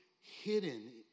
hidden